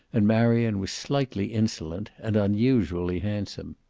and marion was slightly insolent and unusually handsome.